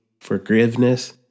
forgiveness